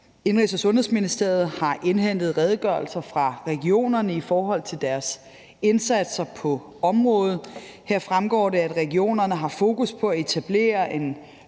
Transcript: Indenrigs- og Sundhedsministeriet har indhentet redegørelser fra regionerne i forhold til deres indsatser på området. Her fremgår det, at regionerne har fokus på at etablere en